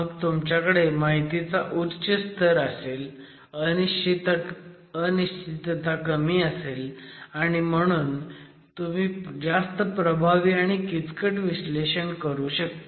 मग तुमच्याकडे माहितीचा उच्च स्तर असेल अनिश्चितता कमी असेल आणि म्हणून तुम्ही जास्त प्रभावी आणि किचकट विश्लेषण करू शकता